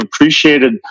appreciated